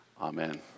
Amen